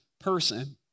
person